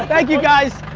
thank you guys!